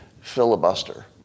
filibuster